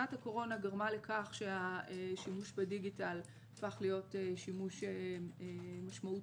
שנת הקורונה גרמה לכך שהשימוש בדיגיטל הפך להיות שימוש משמעותי,